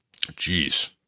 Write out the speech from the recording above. Jeez